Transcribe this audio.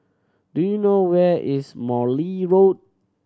do you know where is Morley Road